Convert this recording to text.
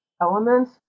elements